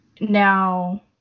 now